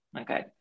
okay